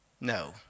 no